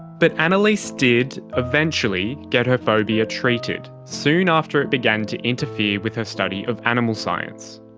but annaleise did eventually get her phobia treated, soon after it began to interfere with her study of animal science.